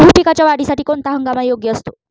गहू पिकाच्या वाढीसाठी कोणता हंगाम योग्य असतो?